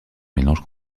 mélange